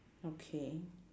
okay